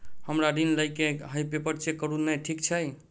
हमरा ऋण लई केँ हय पेपर चेक करू नै ठीक छई?